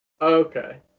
Okay